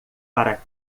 para